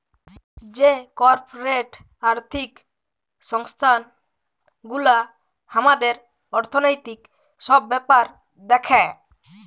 যে কর্পরেট আর্থিক সংস্থান গুলা হামাদের অর্থনৈতিক সব ব্যাপার দ্যাখে